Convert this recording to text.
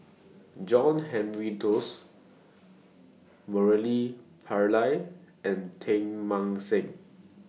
John Henry Duclos Murali Pillai and Teng Mah Seng